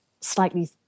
slightly